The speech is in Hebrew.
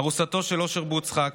ארוסתו של אושרי משה בוצחק,